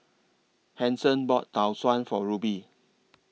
Hanson bought Tau Suan For Rubye